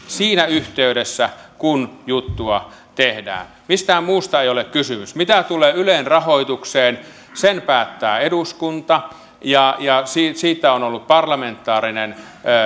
siinä yhteydessä kun juttua tehdään mistään muusta ei ole kysymys mitä tulee ylen rahoitukseen sen päättää eduskunta ja ja siitä on ollut parlamentaarinen